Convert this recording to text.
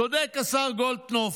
צודק השר גולדקנופ: